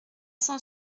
cent